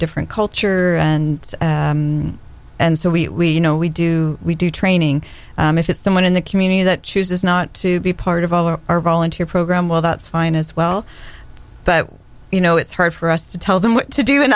different culture and and so we know we do we do training and if it's someone in the community that chooses not to be part of our volunteer program well that's fine as well but you know it's hard for us to tell them what to do